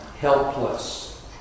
helpless